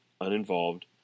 uninvolved